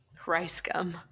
Ricegum